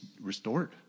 restored